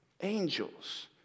angels